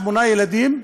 שמונה ילדים,